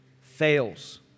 fails